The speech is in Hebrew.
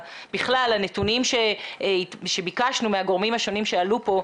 בכלל לנתונים שביקשנו מהגורמים השונים שעלו פה.